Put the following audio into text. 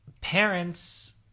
parents